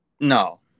No